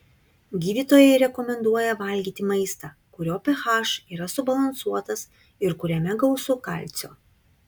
gydytojai rekomenduoja valgyti maistą kurio ph yra subalansuotas ir kuriame gausu kalcio